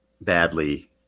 badly